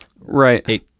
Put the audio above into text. Right